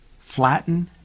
flatten